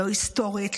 לא היסטורית,